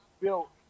built